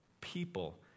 People